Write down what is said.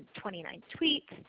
twenty nine tweets.